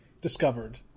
discovered